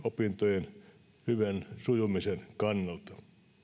opintojen hyvän sujumisen kannalta